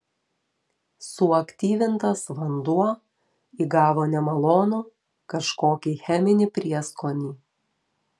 suaktyvintas vanduo įgavo nemalonų kažkokį cheminį prieskonį